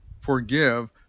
forgive